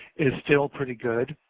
is still pretty good.